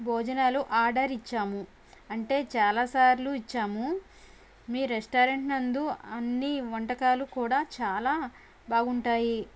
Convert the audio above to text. భోజనాలు ఆర్డర్ ఇచ్చాము అంటే చాలా సార్లు ఇచ్చాము మీ రెస్టారెంట్ నందు అన్ని వంటకాలు కూడా చాలా బాగుంటాయి